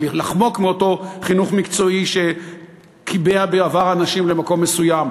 ולחמוק מאותו חינוך מקצועי שקיבע בעבר אנשים למקום מסוים.